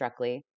Struckley